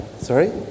Sorry